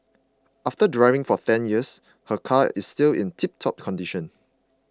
after driving for ten years her car is still in tiptop condition